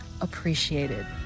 appreciated